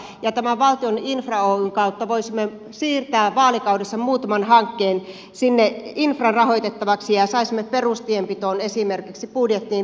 tämän valtion infra oyn kautta voisimme siirtää muutaman hankkeen vaalikaudessa sinne infran rahoitettavaksi ja saisimme esimerkiksi perustienpitoon budjettiin lisää rahaa